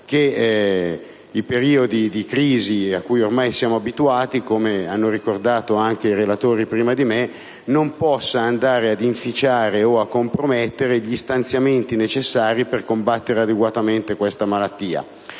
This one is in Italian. che i periodi di crisi, a cui ormai siamo abituati - come hanno ricordato anche i relatori prima di me - non vadano ad inficiare o a compromettere gli stanziamenti necessari per combattere adeguatamente questa malattia.